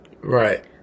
Right